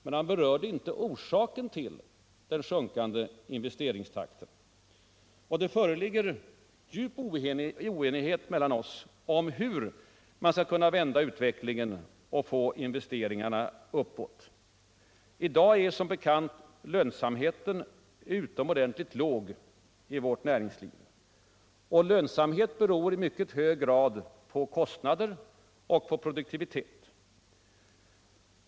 Men han berörde inte orsaken till den sjunkande investeringstakten. Det råder djup oenighet mellan oss om hur man skall kunna vända utvecklingen och få investeringarna att gå uppåt. I dag är som bekant lönsamheten utomordentligt låg i vårt näringsliv. Och lönsamhet beror i mycket hög grad på kostnader och produktivitet.